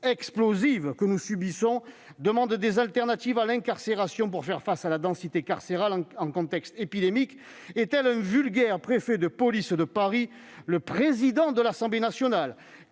explosive que nous subissons, demande des alternatives à l'incarcération pour faire face à la densité carcérale en contexte épidémique et, tel un vulgaire préfet de police de Paris, le président de l'Assemblée nationale